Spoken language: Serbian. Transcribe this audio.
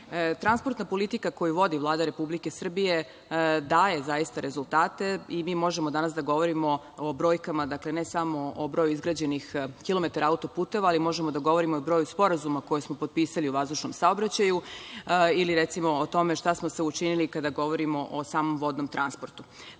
mreže. Transportna politika koju vodi Vlada Republike Srbije daje zaista rezultate i mi možemo danas da govorimo o brojkama, ne samo o broju izgrađenih kilometara autoputeva, ali možemo da govorimo i o broju sporazuma koje smo potpisali o vazdušnom saobraćaju ili recimo o tome šta smo sve učinili kada govorimo o samom vodnom transportu. Transportna